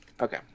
Okay